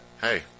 hey